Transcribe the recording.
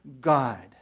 God